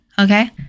okay